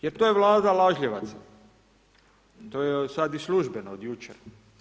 Jer to je Vlada lažljivaca, to je sad i službeno od jučer.